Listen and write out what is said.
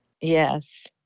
Yes